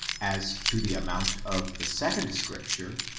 as to the amount of the second scripture,